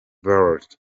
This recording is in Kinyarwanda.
vert